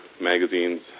magazines